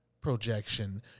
projection